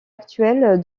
actuel